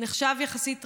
נחשב יחסית רחוק.